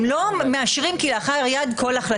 הם לא מאשרים כלאחר יד כל החלטה.